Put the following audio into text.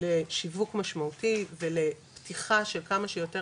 לשיווק משמעותי ולפתיחה של כמה שיותר